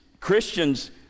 Christians